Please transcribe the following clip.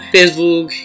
Facebook